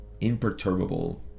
imperturbable